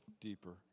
deeper